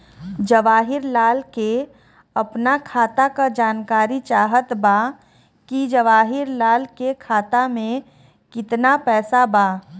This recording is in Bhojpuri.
जवाहिर लाल के अपना खाता का जानकारी चाहत बा की जवाहिर लाल के खाता में कितना पैसा बा?